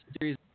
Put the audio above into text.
series